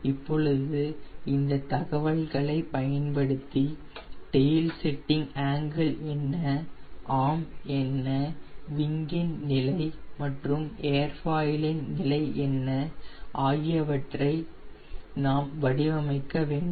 இப்பொழுது இந்த தகவல்களை பயன்படுத்தி டெயில் செட்டிங் ஆங்கில் என்ன ஆர்ம் என்ன விங்கின் நிலை மற்றும் ஏர்ஃபாயில் இன் நிலை என்ன ஆகியவற்றை நாம் வடிவமைக்க வேண்டும்